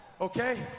okay